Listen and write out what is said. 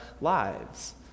lives